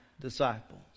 disciples